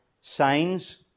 signs